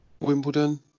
Wimbledon